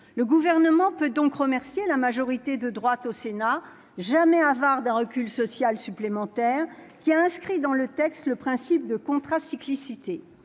le gouvernement peut donc remercier la majorité de droite au Sénat, jamais avare d'un recul social supplémentaire qui a inscrit dans le texte, le principe de contrat cyclicité